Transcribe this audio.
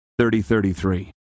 3033